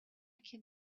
can